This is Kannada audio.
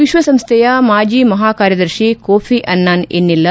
ವಿಶ್ವಸಂಸ್ಟೆಯ ಮಾಜಿ ಮಹಾಕಾರ್ಯದರ್ಶಿ ಕೋಫಿ ಅನ್ನಾನ್ ಇನ್ನಿಲ್ಲ